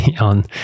on